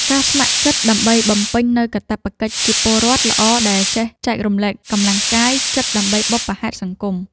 ការស្ម័គ្រចិត្តដើម្បីបំពេញនូវកាតព្វកិច្ចជាពលរដ្ឋល្អដែលចេះចែករំលែកកម្លាំងកាយចិត្តដើម្បីបុព្វហេតុសង្គម។